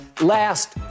last